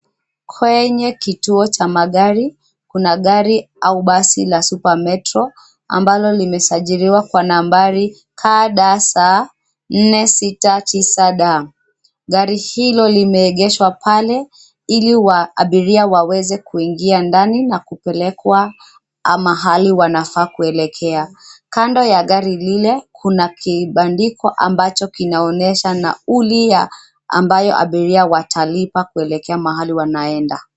Kwenye kituo cha magari, kuna gari au basi la SuperMetro ambalo limesajiliwa kwa nambari KDS 469D. Gari hilo limeegeshwa pale ili abiria waweze kuingia ndani na kupelekwa mahali wanafaa kuelekea. Kando ya gari lile, kuna kibandiko ambacho kinaonesha naulia ambayo abiria watalipa kuelekea mahali wanaenda.